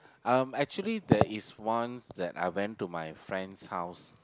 um actually there is once that I went to my friend's house